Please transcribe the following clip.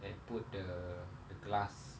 and put the the glass